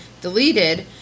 deleted